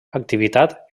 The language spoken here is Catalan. activitat